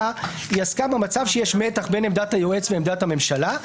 היא עסקה במצב שיש מתח בין עמדת היועץ ועמדת הממשלה,